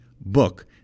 book